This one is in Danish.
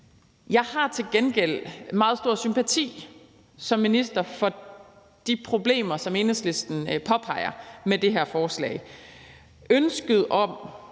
minister til gengæld meget stor sympati for de problemer, som Enhedslisten påpeger med det her forslag,